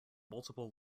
multiple